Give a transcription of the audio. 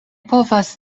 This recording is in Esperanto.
povas